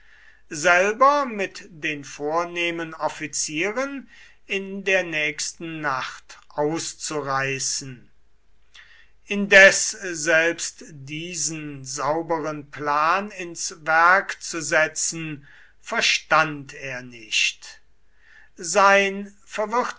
selber mit den vornehmen offizieren in der nächsten nacht auszureißen indes selbst diesen sauberen plan ins werk zu setzen verstand er nicht sein verwirrtes